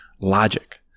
logic